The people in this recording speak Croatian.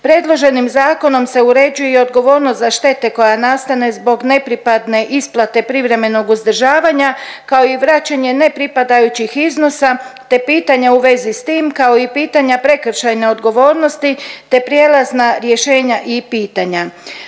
Predloženim zakonom se uređuje i odgovornost za štete koja nastane zbog nepripadne isplate privremenog uzdržavanja kao i vraćanje nepripadajućih iznosa te pitanja u vezi s tim kao i pitanja prekršajne odgovornosti te prijelazna rješenja i pitanja.